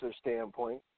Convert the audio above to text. standpoint